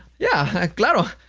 yeah, claro,